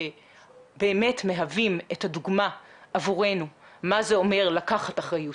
שבאמת מהווים את הדוגמה עבורנו מה זה אומר לקחת אחריות.